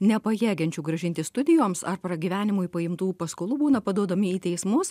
nepajėgiančių grąžinti studijoms ar pragyvenimui paimtų paskolų būna paduodami į teismus